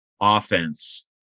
offense